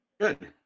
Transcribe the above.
Good